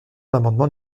l’amendement